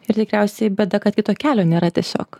ir tikriausiai bėda kad kito kelio nėra tiesiog